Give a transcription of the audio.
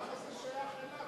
אבל למה זה שייך אליו?